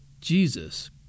Jesus